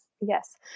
yes